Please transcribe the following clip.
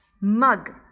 Mug